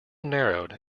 narrowed